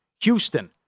Houston